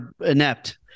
inept